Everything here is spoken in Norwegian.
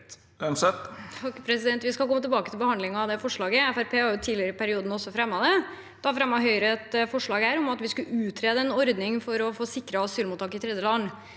(H) Vi skal komme tilbake til behandlingen av det forslaget. Fremskrittspartiet har tidligere i perioden også fremmet det. Da fremmet Høyre et forslag om at vi skulle utrede en ordning for å få sikre asylmottak i trygge land.